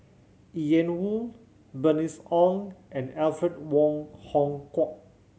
Ian Woo Bernice Ong and Alfred Wong Hong Kwok